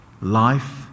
Life